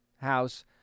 house